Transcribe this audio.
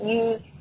use